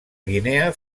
guinea